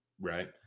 right